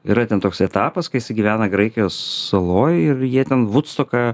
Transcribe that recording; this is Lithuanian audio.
yra ten toks etapas kai jisai gyvena graikijos saloj ir jie ten vudstoką